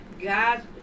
God